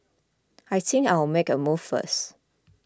I think I'll make a move first